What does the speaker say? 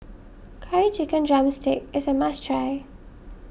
Curry Chicken Drumstick is a must try